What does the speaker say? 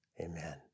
amen